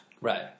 Right